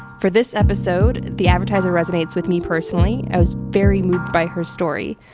for this episode, the advertiser resonates with me personally. i was very moved by her story.